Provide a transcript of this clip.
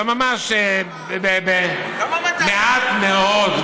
אבל ממש מעט מאוד,